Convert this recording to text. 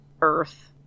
Earth